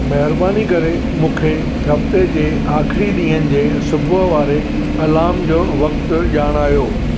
महिरबानी करे मूंखे हफ्ते जे आखिरी ॾींहंनि जे सुबुह वारे अलाम जो वक़्तु ॼाणायो